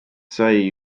sai